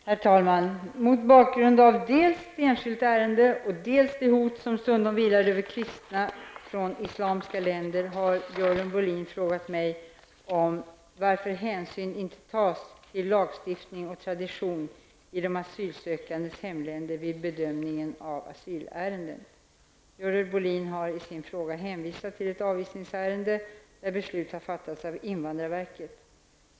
Herr talman! Mot bakgrund av dels ett enskilt ärende, dels de hot som stundom vilar över kristna från islamska länder, har Görel Bohlin frågat mig varför hänsyn inte tas till lagstiftning och tradition i de asylsökandes hemländer vid bedömningen av asylärenden. Görel Bohlin har i sin fråga hänvisat till ett avvisningsärende, där beslut har fattats av invandrarverket.